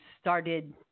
started